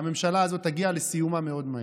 והממשלה הזאת תגיע לסיומה מאוד מהר.